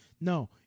No